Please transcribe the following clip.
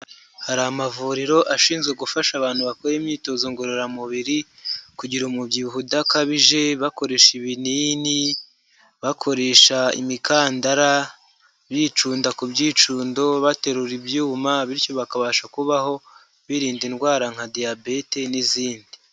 Hari amavuriro ashinzwe gufasha abantu bakora imyitozo ngororamubiri kugira umubyibuho udakabije, bakoresha ibinini, bakoresha imikandara, bicunda ku byicundo, baterura ibyuma, bityo bakabasha kubaho birinda indwara nka diyabete n'izindi.